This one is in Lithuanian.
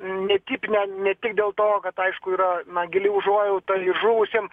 netipinė ne tik dėl to kad aišku yra na gili užuojauta žuvusiem